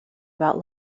about